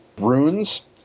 runes